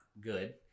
good